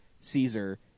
caesar